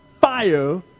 fire